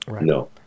no